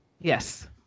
Yes